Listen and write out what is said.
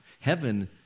Heaven